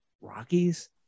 rockies